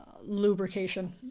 lubrication